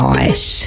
Nice